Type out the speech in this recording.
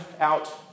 out